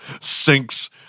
sinks